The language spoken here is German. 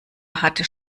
hatte